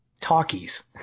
talkies